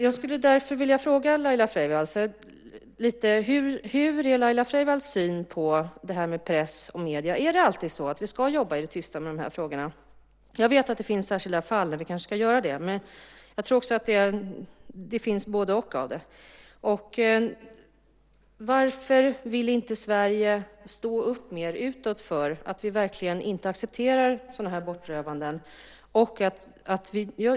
Jag skulle därför vilja fråga: Hur är Laila Freivalds syn på det här med press och medier? Är det alltid så att vi ska jobba i det tysta med de här frågorna? Jag vet att det finns särskilda fall där vi kanske ska göra det, men jag tror också att det finns både-och här. Och varför vill inte Sverige mer stå upp utåt för att vi verkligen inte accepterar sådana här bortrövanden?